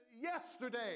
yesterday